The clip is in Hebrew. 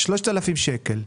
3,000 שקל,